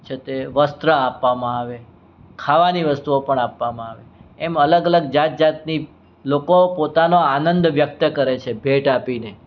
છે તે વસ્ત્ર આપવામાં આવે ખાવાની વસ્તુઓ પણ આપવામાં આવે એમ અલગ અલગ જાત જાતની લોકો પોતાનો આનંદ વ્યક્ત કરે છે ભેટ આપીને